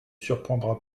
surprendra